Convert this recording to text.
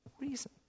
reason